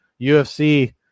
ufc